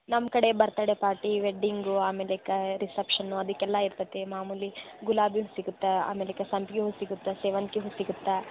ನಮ್ಮ ಕಡೆ birthday party wedding ಆಮೇಲೆ ಕ ರಿಸೆಪ್ಷನು ಅದಕ್ಕೆಲ್ಲ ಇರ್ತೈತೆ ಮಾಮೂಲಿ ಗುಲಾಬಿ ಸಿಗತ್ತಾ ಆಮೇಲಕ ಸಂಪಿಗೆ ಹೂ ಸಿಗತ್ತಾ ಸೇವಂತಿ ಹೂ ಸಿಗತ್ತಾ